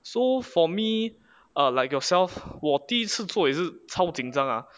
so for me err like yourself 我第一次做也是超紧张 ah